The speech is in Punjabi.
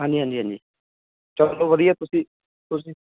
ਹਾਂਜੀ ਹਾਂਜੀ ਹਾਂਜੀ ਚਲੋ ਵਧੀਆ ਤੁਸੀਂ ਤੁਸੀਂ